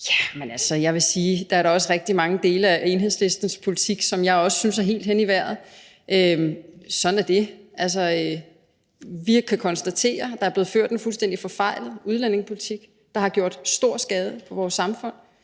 Tak for det. Men jeg vil sige, at der da også er rigtig mange dele af Enhedslistens politik, som jeg også synes er helt hen i vejret, sådan er det. Vi kan konstatere, at der er blevet ført en fuldstændig forfejlet udlændingepolitik, der har gjort stor skade på vores samfund.